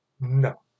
No